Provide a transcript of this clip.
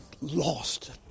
lost